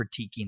critiquing